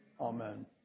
Amen